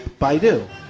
Baidu